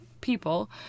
people